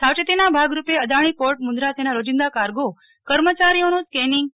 સાવચેતીના ભાગ રૂપે અદાણી પોર્ટ મુન્દ્રા તેના રોજીંદા કાર્ગો કર્મચારીઓનું સ્કેનીંગ પી